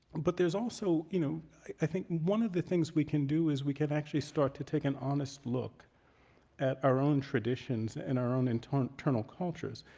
but there's also you know i think one of the things we can do is we can actually start to take an honest look at our own traditions and our own internal internal cultures,